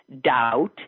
doubt